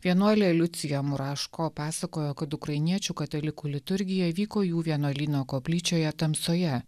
vienuolė liucija muraško pasakojo kad ukrainiečių katalikų liturgija vyko jų vienuolyno koplyčioje tamsoje